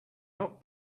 not